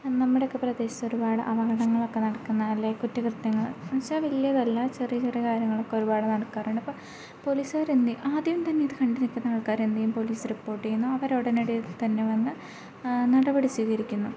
നമ്മുടെയൊക്കെ പ്രദേശത്തൊരുപാട് അപകടങ്ങളൊക്കെ നടക്കുന്നതല്ലെ കുറ്റകൃത്യങ്ങൾ എന്നു വച്ചാൽ വലിയതല്ല ചെറിയ ചെറിയ കാര്യങ്ങളക്കെ ഒരുപാട് നടക്കാറുണ്ട് അപ്പോൾ പോലീസുകാർ എന്തുചെയ്യും ആദ്യംതന്നെ ഇത് കണ്ടുനിൽക്കുന്ന ആൾക്കാരെ എന്തുചെയ്യും പോലീസ് റിപോട്ട് ചെയ്യുന്നു അവരുടനടി തന്നെ വന്ന് നടപടി സ്വീകരിക്കുന്നു